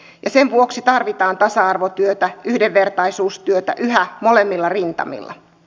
ja sen takia tarvitaan tasa arvotyötä yhdenvertaisuustyötä yhä molemmilla rintamilla